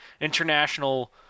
International